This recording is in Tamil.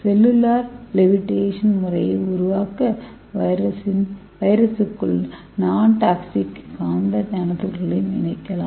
செல்லுலார் லெவிட்டேஷன் முறையை உருவாக்க வைரஸுக்குள் நொன்டாக்ஸிக் காந்த நானோ துகள்களையும் இணைக்கலாம்